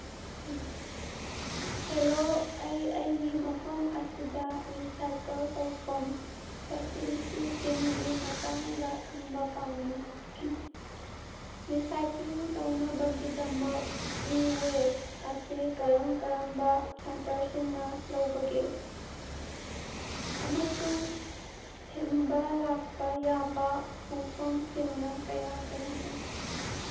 hello ꯑꯩ ꯑꯩꯒꯤ ꯃꯐꯝ ꯑꯁꯤꯗ ꯔꯤꯁꯥꯏꯀꯜ ꯇꯧꯐꯝ ꯐꯦꯁꯤꯂꯤꯇꯤꯁꯤꯡꯒꯤ ꯃꯇꯥꯡꯗ ꯈꯪꯕ ꯄꯥꯝꯃꯤ ꯔꯤꯁꯥꯏꯀ꯭ꯂꯤꯡ ꯇꯧꯅꯕꯒꯤꯗꯃꯛ ꯏ ꯋꯦꯁ ꯑꯁꯦ ꯀꯔꯝ ꯀꯔꯝꯕ ꯁꯦꯟꯇꯔꯁꯤꯡꯅ ꯂꯧꯕꯒꯦ ꯑꯃꯁꯨꯡ ꯊꯤꯟꯕ ꯂꯥꯛꯄ ꯌꯥꯕ ꯄꯨꯡꯐꯝꯁꯤꯡꯅ ꯀꯥꯌ ꯀꯌꯥꯅꯣ